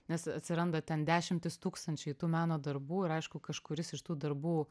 nes atsiranda ten dešimtys tūkstančiai tų meno darbų ir aišku kažkuris iš tų darbų